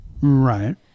Right